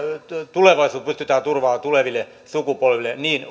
tulevaisuus pystytään turvaamaan tuleville sukupolville niin